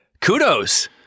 kudos